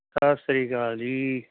ਸਤਿ ਸ਼੍ਰੀ ਅਕਾਲ ਜੀ